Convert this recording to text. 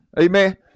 Amen